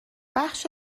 بخش